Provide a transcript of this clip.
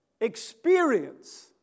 experience